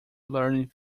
learning